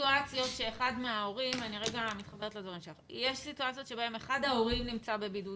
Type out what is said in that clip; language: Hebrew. אני חייבת לומר כאימא לתינוקת שהייתי בבידוד